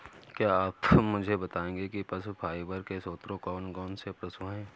क्या आप मुझे बताएंगे कि पशु फाइबर के स्रोत कौन कौन से पशु हैं?